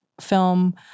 film